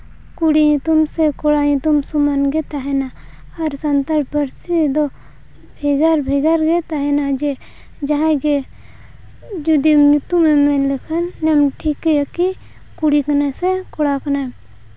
ᱠᱩᱲᱤ ᱧᱩᱛᱩᱢ ᱥᱮ ᱠᱚᱲᱟ ᱧᱩᱛᱩᱢ ᱥᱚᱢᱟᱱ ᱜᱮ ᱛᱟᱦᱮᱱᱟ ᱟᱨ ᱥᱟᱱᱛᱟᱲ ᱯᱟᱹᱨᱥᱤ ᱨᱮᱫᱚ ᱵᱷᱮᱜᱟᱨᱼᱵᱷᱮᱜᱟᱨ ᱜᱮ ᱛᱟᱦᱮᱱᱟ ᱡᱮ ᱡᱟᱦᱟᱸᱭ ᱜᱮ ᱡᱩᱫᱤ ᱧᱩᱛᱩᱢᱮᱢ ᱢᱮᱱ ᱞᱮᱠᱷᱟᱱ ᱢᱟᱱᱮ ᱴᱷᱤᱠᱟᱹᱭᱟᱠᱤ ᱠᱩᱲᱤ ᱠᱟᱱᱟᱭ ᱥᱮ ᱠᱚᱲᱟ ᱠᱟᱱᱟᱭ